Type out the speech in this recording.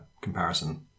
comparison